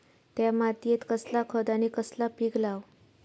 त्या मात्येत कसला खत आणि कसला पीक लाव?